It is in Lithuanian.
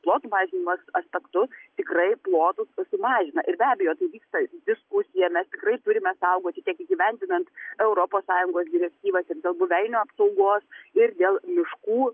plotų mažinimo aspektus tikrai plotų susimažina ir be abejo tai vyksta diskusija mes tikrai turime saugoti tiek įgyvendinant europos sąjungos direktyvas ir dėl buveinių apsaugos ir dėl miškų